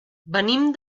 venim